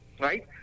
Right